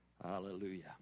Hallelujah